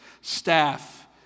staff